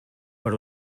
per